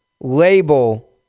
label